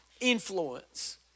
influence